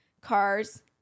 Cars